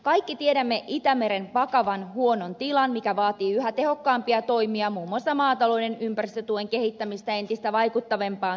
kaikki tiedämme itämeren vakavan huonon tilan mikä vaatii yhä tehokkaampia toimia muun muassa maatalouden ympäristötuen kehittämistä entistä vaikuttavampaan suuntaan